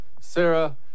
Sarah